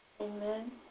Amen